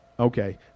Okay